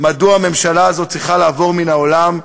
מדוע הממשלה הזאת צריכה לעבור מן העולם,